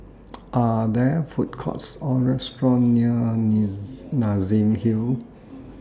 Are There Food Courts Or restaurants near Nassim Hill